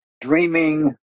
dreaming